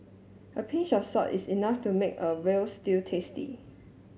a pinch of salt is enough to make a veal stew tasty